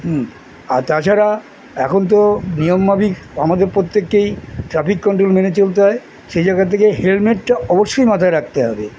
হুম আর তাছাড়া এখন তো নিয়ম মাফিক আমাদের প্রত্যেককেই ট্রাফিক কন্ট্রোল মেনে চলতে হয় সেই জায়গা থেকে হেলমেটটা অবশ্যই মাথায় রাখতে হবে